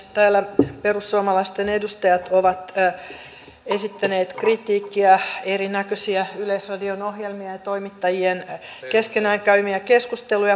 täällä perussuomalaisten edustajat ovat esittäneet kritiikkiä erinäköisiä yleisradion ohjelmia ja toimittajien keskenään käymiä keskusteluja kohtaan